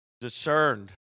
discerned